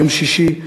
ביום שישי,